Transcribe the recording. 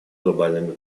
глобальными